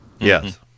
Yes